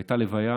הייתה לוויה